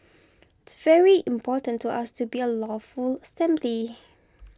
it's very important to us to be a lawful assembly